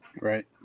Right